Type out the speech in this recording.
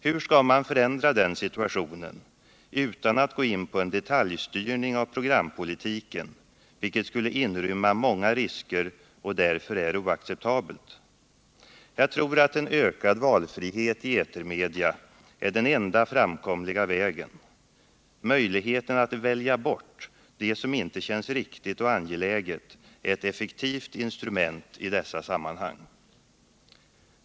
Hur skall man kunna förändra den situationen utan att gå in med en detaljstyrning av programpolitiken, vilket skulle inrymma många risker och därför är oacceptabelt? Jag tror att en ökad valfrihet i etermedia är den enda framkomliga vägen. Möjligheten att ”välja bort” det som inte känns riktigt och angeläget blir därmed ett effektivt instrument i detta sammanhang.